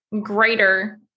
greater